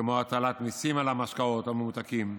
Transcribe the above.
כמו הטלת מיסים על המשקאות הממותקים,